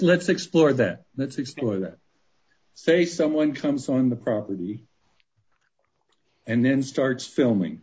explore that let's explore that say someone comes on the property and then starts filming